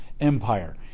empire